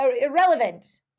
Irrelevant